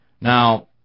Now